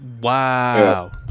wow